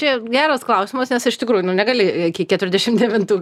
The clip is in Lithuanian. čia geras klausimas nes iš tikrųjų nu negali iki keturiasdešimt devintų